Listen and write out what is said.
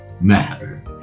matter